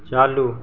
चालू